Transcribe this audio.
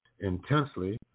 intensely